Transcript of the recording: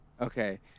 Okay